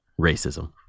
racism